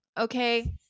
okay